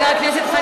גברתי היושבת-ראש,